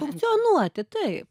funkcionuoti taip